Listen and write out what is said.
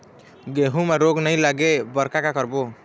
गेहूं म रोग नई लागे बर का का करबो?